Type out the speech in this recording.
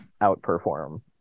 outperform